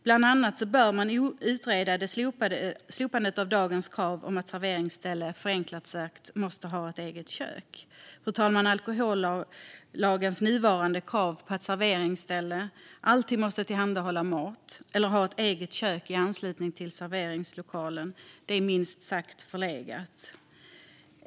Bland annat bör man utreda ett slopande av dagens krav på att ett serveringsställe, förenklat sagt, måste ha ett eget kök. Fru talman! Alkohollagens nuvarande krav på att serveringsställen alltid måste tillhandahålla mat eller ha ett eget kök i anslutning till serveringslokalen är minst sagt förlegat.